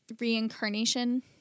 reincarnation